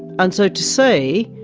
and so to say,